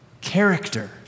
Character